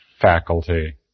faculty